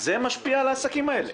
זה משפיע על העסקים הללו,